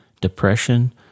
depression